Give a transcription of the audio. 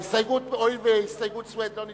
לגבי ההערה, הואיל והסתייגות סוייד לא נתקבלה,